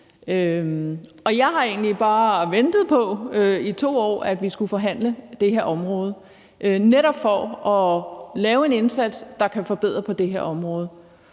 Jeg har egentlig i 2 år bare ventet på, at vi skulle forhandle det her område netop for at lave en indsats, der kan forbedre på det her område.